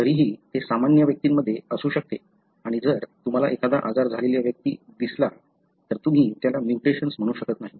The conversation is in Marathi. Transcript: तरीही ते सामान्य व्यक्तीमध्ये असू शकते आणि जर तुम्हाला एखादा आजार झालेला व्यक्ती दिसला तर तुम्ही त्याला म्युटेशन म्हणू शकत नाही